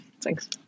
Thanks